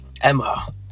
Emma